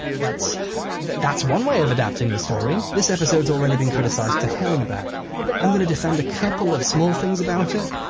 that's that's one way of adapting the story! this episodes already been criticised to hell and back i'm going to defend a couple of small things about it.